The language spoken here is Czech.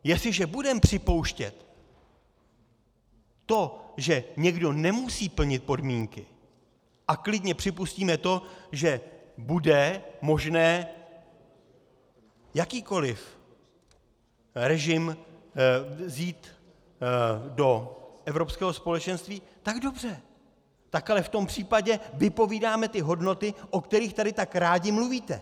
Jestliže budeme připouštět to, že někdo nemusí plnit podmínky, a klidně připustíme to, že bude možné jakýkoliv režim vzít do evropského společenství, tak dobře, ale v tom případě vypovídáme hodnoty, o kterých tady tak rádi mluvíte.